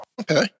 okay